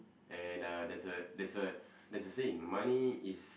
and uh there's a there's a there's a saying money is